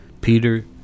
Peter